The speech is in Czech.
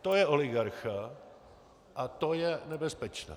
To je oligarcha a to je nebezpečné.